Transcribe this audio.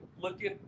looking